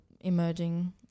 emerging